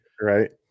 right